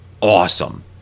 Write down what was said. Awesome